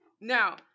now